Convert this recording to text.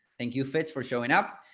thank you, fitz, for showing up.